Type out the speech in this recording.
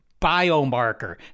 biomarker